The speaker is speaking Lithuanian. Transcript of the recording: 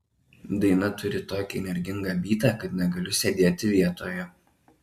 daina turi tokį energingą bytą kad negaliu sėdėti vietoje